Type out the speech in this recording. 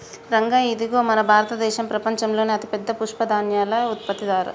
రంగయ్య ఇదిగో మన భారతదేసం ప్రపంచంలోనే అతిపెద్ద పప్పుధాన్యాల ఉత్పత్తిదారు